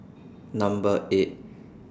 Number eight